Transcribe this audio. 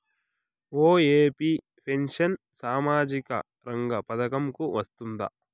OAP pension సామాజిక రంగ పథకం కు వస్తుందా?